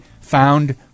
found